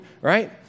right